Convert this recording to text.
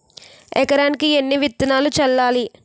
ఎకరానికి ఎన్ని విత్తనాలు చల్లాలి?